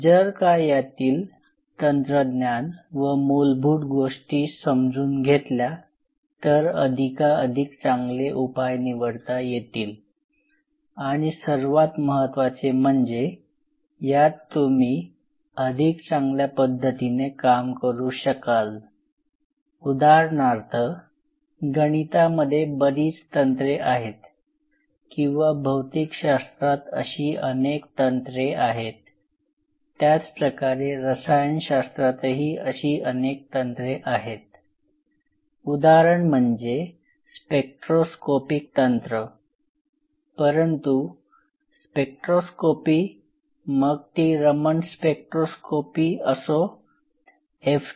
जर का यातील तंत्रज्ञान व मूलभूत गोष्टी समजून घेतल्या तर अधिकाधिक चांगले उपाय निवडता येतील आणि सर्वात महत्वाचे म्हणजे यात तुम्ही अधिक चांगल्या पद्धतीने काम करू शकाल उदाहरणार्थ गणितामध्ये बरीच तंत्रे आहेत किंवा भौतिकशास्त्रात अशी अनेक तंत्रे आहेत त्याचप्रकारे रसायनशास्त्रातही अशी अनेक तंत्रे आहेत उदाहरण म्हणजे स्पेक्ट्रोस्कोपिक तंत्र परंतु स्पेक्ट्रोस्कोपी मग ती रमण स्पेक्ट्रोस्कोपी असो एफ